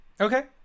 Okay